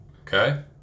Okay